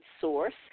Source